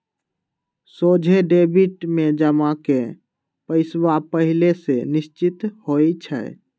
सोझे डेबिट में जमा के पइसा पहिले से निश्चित होइ छइ